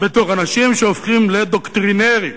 בתוך אנשים שהופכים לדוקטרינרים,